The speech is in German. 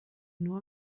nur